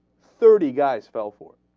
thirty guys fell four